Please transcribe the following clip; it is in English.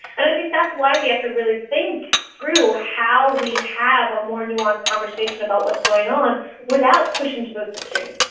and i think that's why we have to really think through how we have a more nuanced conversation about what's going on without pushing to those extremes.